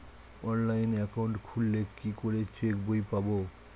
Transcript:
Online account খুললে কি করে চেক বই পাব?